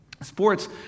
Sports